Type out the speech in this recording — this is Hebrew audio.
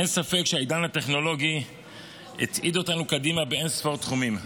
אין ספק שהעידן הטכנולוגי הצעיד אותנו קדימה באין-ספור תחומים.